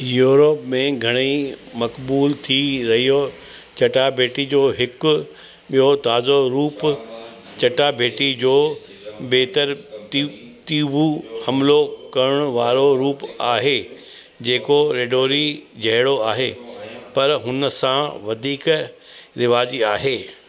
Europe में घणेई मक़बूलु थी रहियो चटा भेटी जो हिकु ॿियो ताज़ो रूप चटा भेटी जो बहितरु तियू तियूबू हमिलो करणु वारो रूप आहे जेको रजोरी जहिड़ो आहे पर हुनसां वधीक रिवाजी आहे